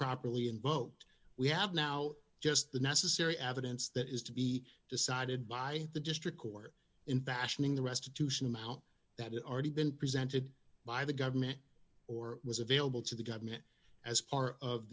properly in boat we have now just the necessary evidence that is to be decided by the district court in fashioning the restitution amount that already been presented by the government or was available to the government as part of